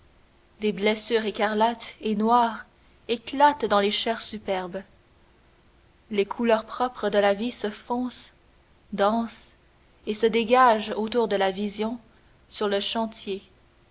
des blessures écarlates et noires éclatent dans les chairs superbes les couleurs propres de la vie se foncent dansent et se dégagent autour de la vision sur le chantier